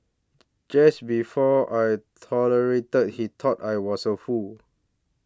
just before I tolerated he thought I was a fool